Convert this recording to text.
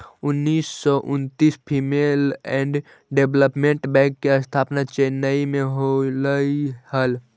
उन्नीस सौ उन्नितिस फीमेल एंड डेवलपमेंट बैंक के स्थापना चेन्नई में होलइ हल